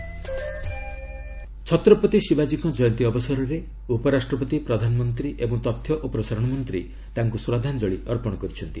ଛତ୍ରପତି ଶିବାଜୀ ଛତ୍ରପତି ଶିବାଜୀଙ୍କ ଜୟନ୍ତୀ ଅବସରରେ ଉପରାଷ୍ଟ୍ରପତି ପ୍ରଧାନମନ୍ତ୍ରୀ ଏବଂ ତଥ୍ୟ ଓ ପ୍ରସାରଣ ମନ୍ତ୍ରୀ ତାଙ୍କୁ ଶ୍ରଦ୍ଧାଞ୍ଜଳି ଅର୍ପଣ କରିଛନ୍ତି